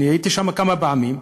אני הייתי שם כמה פעמים,